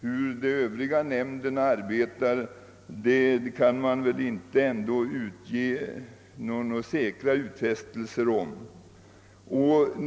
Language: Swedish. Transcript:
Hur de övriga nämnderna lägger upp sin verksamhet kan man väl inte med någon säkerhet uttala sig om.